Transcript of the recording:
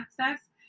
access